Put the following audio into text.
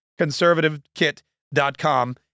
conservativekit.com